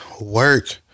work